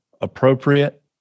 appropriate